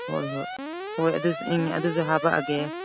ꯍꯣꯏ ꯍꯣꯏ ꯍꯣꯏ ꯑꯗꯨꯁꯨ ꯎꯝ ꯑꯗꯨꯁꯨ ꯍꯥꯄꯛꯑꯒꯦ